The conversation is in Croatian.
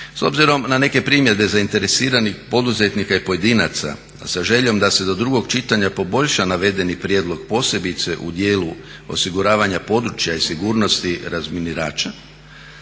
S obzirom na neke primjedbe zainteresiranih poduzetnika i pojedinaca sa željom da se do drugog čitanja poboljša navedeni prijedlog posebice u dijelu osiguravanja područja i sigurnosti razminirača,